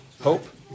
Hope